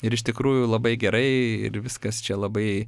ir iš tikrųjų labai gerai ir viskas čia labai